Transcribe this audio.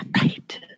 Right